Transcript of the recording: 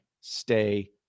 Stay